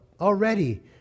Already